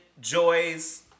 Joy's